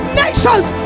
nations